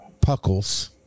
Puckles